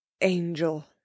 Angel